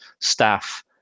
staff